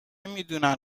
میدونن